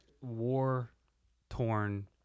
war-torn